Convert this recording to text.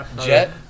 jet